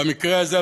במקרה הזה,